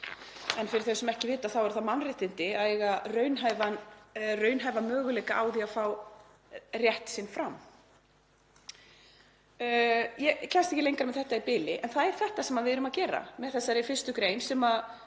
En fyrir þau sem ekki vita þá eru það mannréttindi að eiga raunhæfa möguleika á því að fá rétt sinn fram. Ég kemst ekki lengra með þetta í bili en það er þetta sem við erum að gera með þessari 1. gr. sem